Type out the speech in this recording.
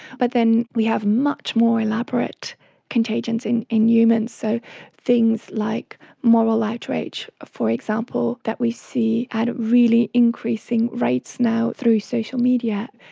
but then we have much more elaborate contagions in in humans, so things like moral outrage, for example, that we see at really increasing rates now through social media,